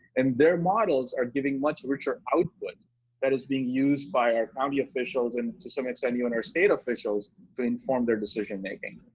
and their models are giving much richer output that is being used by our county officials and to some extent you and our state officials to inform their decision making.